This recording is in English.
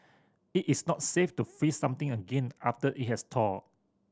it is not safe to freeze something again after it has thawed